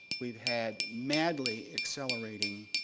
we've had madly accelerating